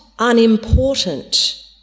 unimportant